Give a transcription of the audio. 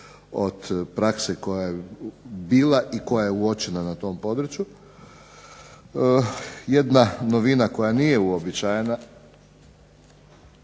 od prakse koja je bila i koja je uočena na tom području. Jedna novina koja nije uobičajena,